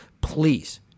Please